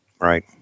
Right